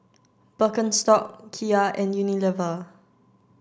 Birkenstock Kia and Unilever